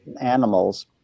animals